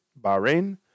Bahrain